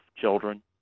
children